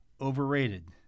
Overrated